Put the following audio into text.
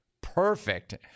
Perfect